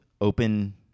open